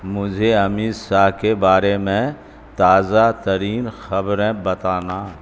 مجھے امت شاہ کے بارے میں تازہ ترین خبریں بتانا